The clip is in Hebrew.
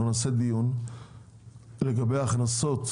אנחנו נעשה דיון לגבי הכנסות